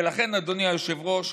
ולכן, אדוני היושב-ראש,